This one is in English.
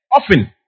often